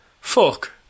fuck